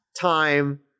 time